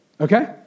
Okay